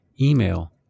email